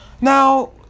Now